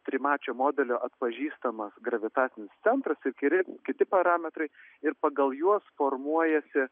trimačio modelio atpažįstamas gravitacinis centras ir kiri kiti parametrai ir pagal juos formuojasi